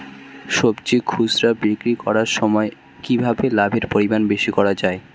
সবজি খুচরা বিক্রি করার সময় কিভাবে লাভের পরিমাণ বেশি করা যায়?